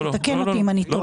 תקן אותי אם אני טועה,